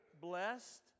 Blessed